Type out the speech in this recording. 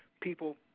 People